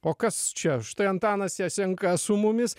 o kas čia štai antanas jasenka su mumis